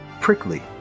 prickly